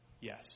yes